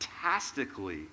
fantastically